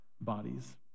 bodies